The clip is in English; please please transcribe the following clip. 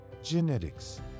genetics